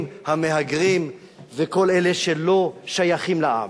הזרים, המהגרים וכל אלה שלא שייכים לעם.